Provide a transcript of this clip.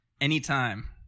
anytime